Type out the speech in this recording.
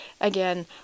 again